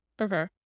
Okay